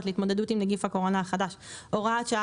להתמודדות עם נגיף הקורונה החדש (הוראת שעה),